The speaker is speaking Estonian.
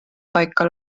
paika